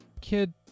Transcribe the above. Kid